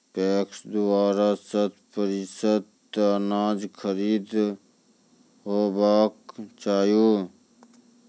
PACS द्वारा शत प्रतिसत अनाज खरीद हेवाक चाही?